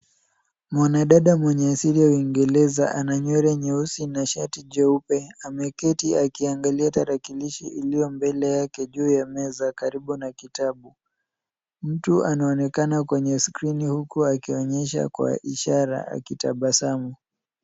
Mwanadada mwenye asili ya uingereza ana nywele nyeusi na shati jeupe. Ameketi akiangalia tarakilishi iliyo mbele yake juu ya meza karibu na kitabu. Mtu anaonekana kwenye skrini huku akionyesha kwa ishara akitabasamu.